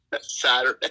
Saturday